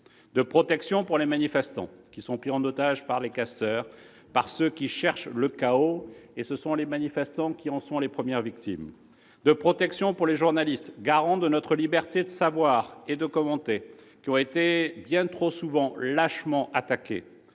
de protection pour les manifestants, qui sont pris en otage par les casseurs, par ceux qui cherchent le chaos,- les manifestants sont bel et bien leurs premières victimes ;... Oui !... de protection pour les journalistes, garants de notre liberté de savoir et de commenter, et qui ont été bien trop souvent lâchement attaqués